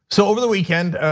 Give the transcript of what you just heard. so over the weekend,